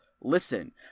listen